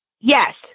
Yes